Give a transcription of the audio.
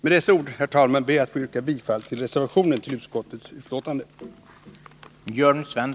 Med dessa ord, herr talman, ber jag att få yrka bifall till reservationen som är fogad vid utskottets betänkande.